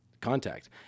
contact